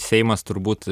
seimas turbūt